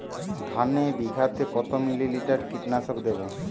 ধানে বিঘাতে কত মিলি লিটার কীটনাশক দেবো?